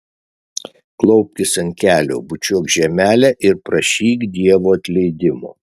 klaupkis ant kelių bučiuok žemelę ir prašyk dievo atleidimo